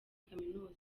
kaminuza